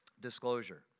disclosure